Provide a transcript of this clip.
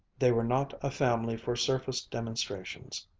they were not a family for surface demonstrations.